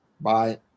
bye